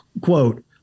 quote